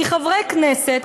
כי חברי כנסת,